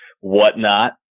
whatnot